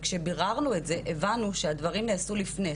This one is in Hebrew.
וכשביררנו את זה הבנו שהדברים נעשו לפני.